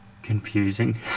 confusing